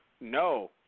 No